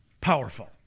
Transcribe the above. powerful